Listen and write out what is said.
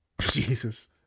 Jesus